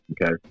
okay